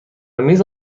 میز